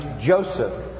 Joseph